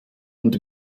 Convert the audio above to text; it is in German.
und